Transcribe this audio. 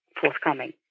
forthcoming